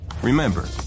Remember